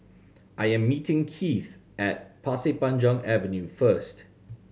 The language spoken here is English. I am meeting Kieth at Pasir Panjang Avenue first